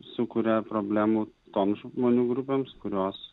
sukuria problemų toms žmonių grupėms kurios